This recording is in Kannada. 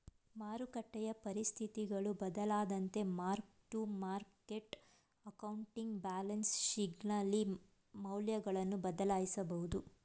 ಮಾರಕಟ್ಟೆಯ ಪರಿಸ್ಥಿತಿಗಳು ಬದಲಾದಂತೆ mark to market accounting balance ಶೀಟ್ನಲ್ಲಿ ಮೌಲ್ಯಗಳನ್ನು ಬದಲಾಯಿಸಬಹುದು